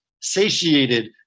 satiated